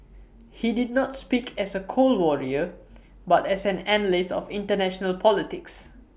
he did not speak as A cold Warrior but as an analyst of International politics